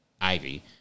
Ivy